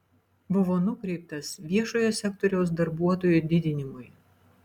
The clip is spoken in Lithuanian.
buvo nukreiptas viešojo sektoriaus darbuotojų didinimui